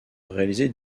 réaliser